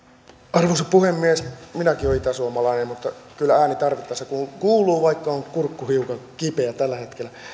arvoisa puhemies minäkin olen itäsuomalainen mutta kyllä ääni tarvittaessa kuuluu kuuluu vaikka on kurkku hiukan kipeä tällä hetkellä